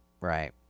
right